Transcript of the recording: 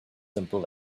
simple